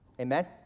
Amen